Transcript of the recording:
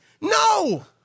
No